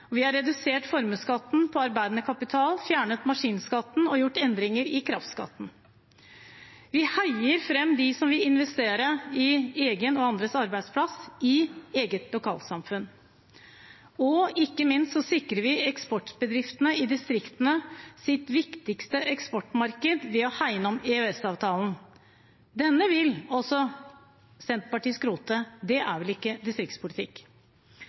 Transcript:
og vi har redusert formuesskatten på arbeidende kapital, fjernet maskinskatten og gjort endringer i kraftskatten. Vi heier fram dem som vil investere i egen og andres arbeidsplass i eget lokalsamfunn. Og ikke minst sikrer vi eksportbedriftene i distriktene deres viktigste eksportmarked ved å hegne om EØS-avtalen. Denne vil også Senterpartiet skrote. Det er vel ikke distriktspolitikk.